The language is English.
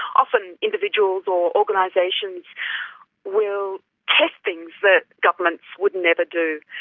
often individuals or organisations will test things that governments would never do.